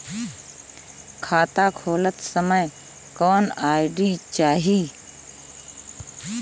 खाता खोलत समय कौन आई.डी चाही?